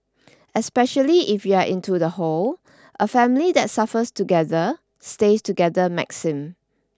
especially if you are into the whole a family that suffers together stays together maxim